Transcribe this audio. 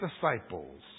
disciples